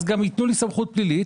אז גם ייתנו לי סמכות פלילית,